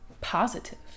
positive